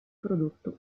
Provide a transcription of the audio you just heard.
prodotto